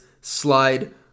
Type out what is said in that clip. slide